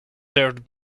served